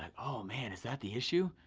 oh man, is that the issue?